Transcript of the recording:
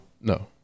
No